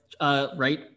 right